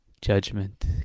judgment